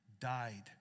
died